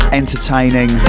entertaining